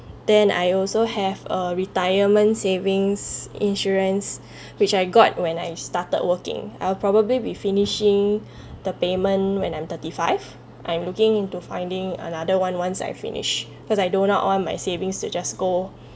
then I also have a retirement savings insurance which I got when I started working I'll probably be finishing the payment when I'm thirty five I'm looking into finding another one once I finish cause I do not want my savings to just go